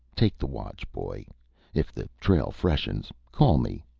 take the watch, boy if the trail freshens, call me.